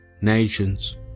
nations